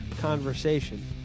conversation